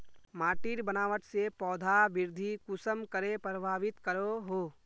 माटिर बनावट से पौधा वृद्धि कुसम करे प्रभावित करो हो?